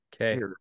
Okay